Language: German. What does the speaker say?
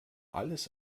alles